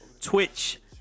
Twitch